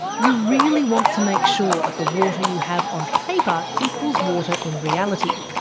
you really want to make sure that the water you have on paper equals water in reality.